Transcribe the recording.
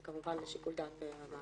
זה כמובן לשיקול דעת הוועדה.